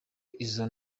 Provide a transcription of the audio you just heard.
izo